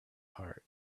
heart